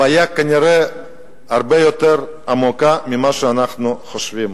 הבעיה כנראה הרבה יותר עמוקה ממה שאנחנו חושבים.